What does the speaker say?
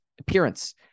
appearance